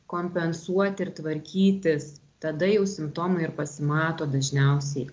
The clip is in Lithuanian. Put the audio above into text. kompensuoti ir tvarkytis tada jau simptomai ir pasimato dažniausiai